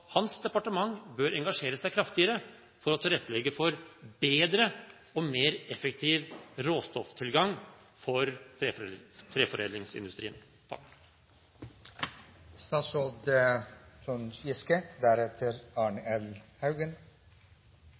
hans departement bør engasjere seg kraftigere for å tilrettelegge for bedre og mer effektiv råstofftilgang for treforedlingsindustrien?